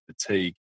fatigue